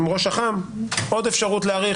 עם ראש אח"מ עוד אפשרות להאריך,